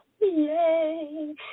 Yay